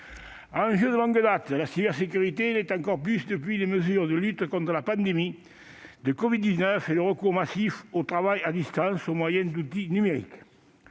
enjeu de longue date, est une question encore plus centrale depuis les mesures de lutte contre la pandémie de covid-19 et le recours massif au travail à distance, au moyen d'outils numériques.